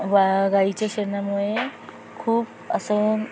वा गाईच्या शेणामुळे खूप असं